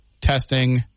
testing